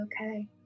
okay